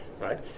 right